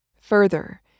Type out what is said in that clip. Further